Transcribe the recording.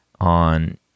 on